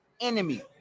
Enemy